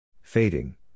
Fading